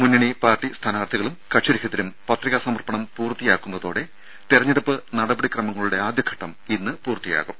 മുന്നണി പാർട്ടി സ്ഥാനാർഥികളും കക്ഷിരഹിതരും പത്രികാ സമർപ്പണം പൂർത്തിയാക്കുന്നതോടെ തിരഞ്ഞെടുപ്പ് നടപടിക്രമങ്ങളുടെ ആദ്യഘട്ടം പൂർത്തിയാകും